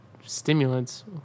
stimulants